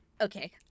Okay